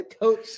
coach